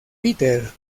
peter